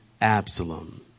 Absalom